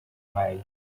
may